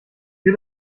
für